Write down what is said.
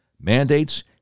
mandates